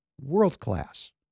world-class